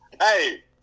Hey